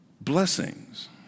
blessings